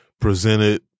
presented